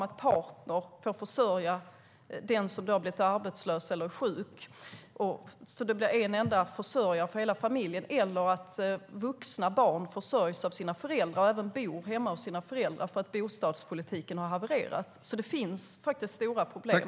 En partner får försörja den som har blivit arbetslös eller sjuk. Det blir en enda person som ska försörja hela familjen. Vuxna barn försörjs av sina föräldrar eller bor hemma hos sina föräldrar därför att bostadspolitiken har havererat. Det finns stora problem.